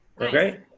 Okay